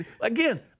again